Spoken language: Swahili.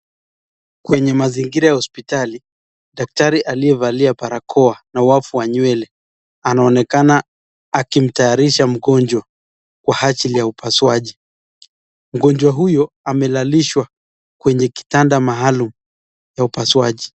Kwenye mazingira ya hospitali daktari aliyevalia barakoa na wavu wa nywele anaonekana akimtayarisha mgonjwa kwa ajili ya upasuaiji. Mgonjwa huyo amelalishwa kwenye kitanda maalum ya upasuaji.